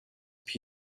phd